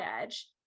edge